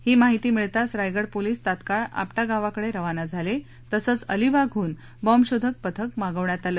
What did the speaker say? ही माहिती मिळताच रायगड पोलीस तात्काळ आपटा गावाकडस्पाना झालजिसंच अलिबागहून बॉम्बशोधक पथक मागवण्यात आलं